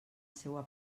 seua